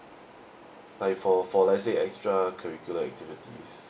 like for for let's say extra curricular activities